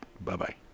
Bye-bye